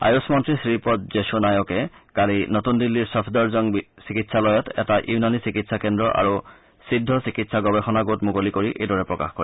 আয়ুষ মন্ত্ৰী শ্ৰীপদ য়েশো নায়কে কালি নতুন দিল্লীৰ ছফদৰজং চিকিৎসালয়ত এটা ইউনানী চিকিৎসা কেন্দ্ৰ আৰু সিদ্ধ চিকিৎসা গৱেষণা গোট মুকলি কৰি এইদৰে প্ৰকাশ কৰে